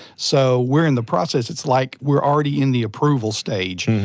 so we're in the process, it's like we're already in the approval stage,